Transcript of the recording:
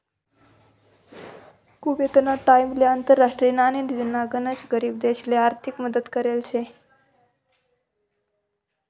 कुवेतना टाइमले आंतरराष्ट्रीय नाणेनिधीनी गनच गरीब देशसले आर्थिक मदत करेल शे